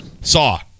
Saw